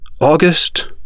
August